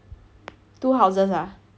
two houses ah